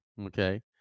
Okay